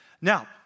Now